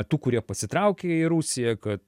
tų kurie pasitraukė į rusiją kad